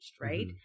right